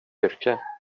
yrke